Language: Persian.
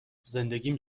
زندگیم